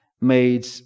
made